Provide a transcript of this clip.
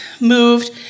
moved